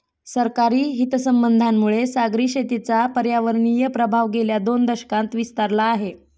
सरकारी हितसंबंधांमुळे सागरी शेतीचा पर्यावरणीय प्रभाव गेल्या दोन दशकांत विस्तारला आहे